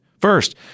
First